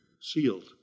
sealed